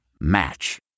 Match